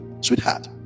sweetheart